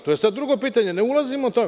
To je sada drugo pitanje, ne ulazimo u to.